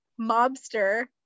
mobster